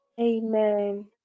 amen